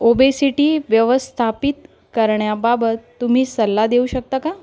obesity व्यवस्थापित करण्याबाबत तुम्ही सल्ला देऊ शकता का